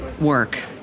work